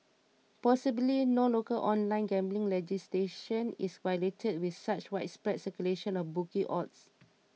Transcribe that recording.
possibly no local online gambling legislation is violated with such widespread circulation of bookie odds